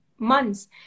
months